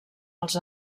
els